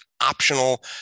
optional